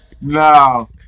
No